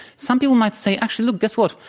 some people might say, actually, look, guess what,